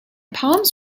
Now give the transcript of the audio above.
palms